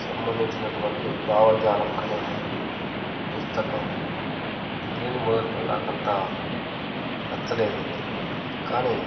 సంబంధించినటువంటి భావాజాలం కలిగిన పుస్తకం దీన్ని మొదట్లో నాకంత నచ్చలేదు కానీ